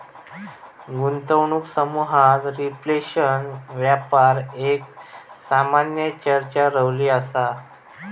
गुंतवणूक समुहात रिफ्लेशन व्यापार एक सामान्य चर्चा रवली असा